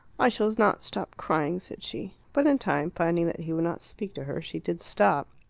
i shall not stop crying, said she. but in time, finding that he would not speak to her, she did stop.